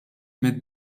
mid